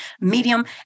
Medium